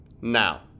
now